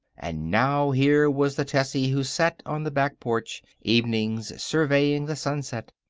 and now here was the tessie who sat on the back porch, evenings, surveying the sunset.